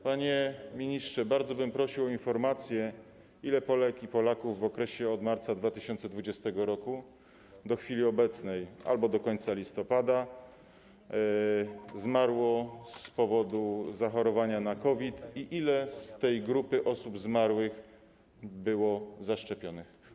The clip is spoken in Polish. Panie ministrze, bardzo bym prosił o informację, ile Polek i ilu Polaków w okresie od marca 2020 r. do chwili obecnej albo do końca listopada zmarło z powodu zachorowania na COVID i ile osób z tej grupy zmarłych było zaszczepionych?